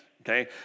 okay